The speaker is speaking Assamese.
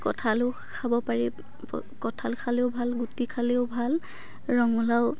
কঁঠালো খাব পাৰি কঁঠাল খালেও ভাল গুটি খালেও ভাল ৰঙালাও